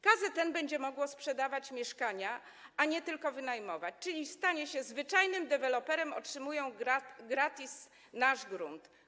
KZN będzie mogło sprzedawać mieszkania, a nie tylko wynajmować, czyli stanie się zwyczajnym deweloperem, otrzymując gratis nasz grunt.